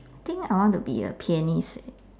I think I want to be a pianist